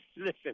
Listen